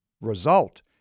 result